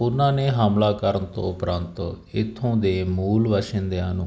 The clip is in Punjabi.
ਉਹਨਾਂ ਨੇ ਹਮਲਾ ਕਰਨ ਤੋਂ ਉਪਰੰਤ ਇੱਥੋਂ ਦੇ ਮੂਲ ਵਸ਼ਿੰਦਿਆਂ ਨੂੰ